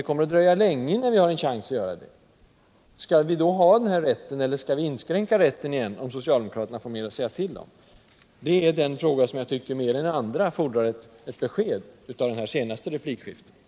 Därför frågar jag om vi skall ha den här rätten kvar, eller om den skall inskränkas om socialdemokraterna får mer att säga till om. Den frågan mer än andra i det här replikskiftet fordrar ett besked.